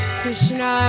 Krishna